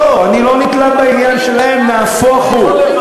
לא, אני לא נתלה בעניין שלהם, נהפוך הוא,